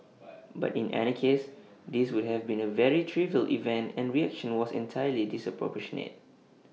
but in any case this would have been A very trivial event and reaction was entirely disproportionate